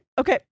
okay